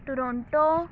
Toronto